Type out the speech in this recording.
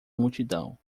multidão